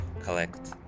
collect